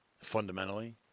fundamentally